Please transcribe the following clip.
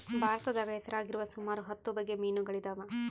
ಭಾರತದಾಗ ಹೆಸರಾಗಿರುವ ಸುಮಾರು ಹತ್ತು ಬಗೆ ಮೀನುಗಳಿದವ